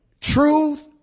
Truth